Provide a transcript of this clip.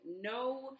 no